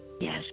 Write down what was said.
Yes